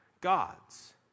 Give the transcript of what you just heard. gods